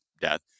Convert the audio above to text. death